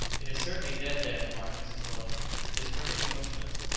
it is certainly dead, then, remarked mrs. weldon it is perfectly motionless.